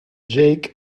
jake